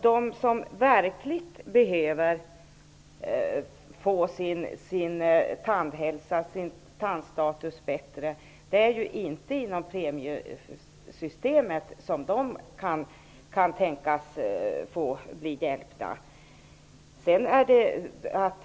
De som verkligen behöver få sin tandstatus förbättrad kan inte tänkas bli hjälpta inom premiesystemet.